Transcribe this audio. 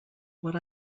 what